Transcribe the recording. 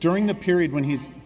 during the period when he's